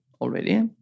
already